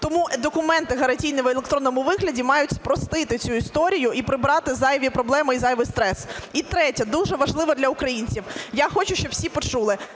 Тому документи гарантійні в електронному вигляді мають спростити цю історію і прибрати зайві проблеми і зайвий стрес. І третє, дуже важливе для українців. Я хочу щоб всі почули,